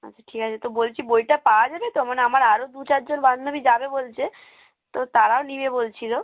আচ্ছা ঠিক আছে তো বলছি বইটা পাওয়া যাবে তো মানে আমার আরও দু চারজন বান্ধবী যাবে বলছে তো তারাও নেবে বলছিল